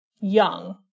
young